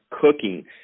cooking